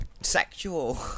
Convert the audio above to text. sexual